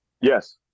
Yes